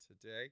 today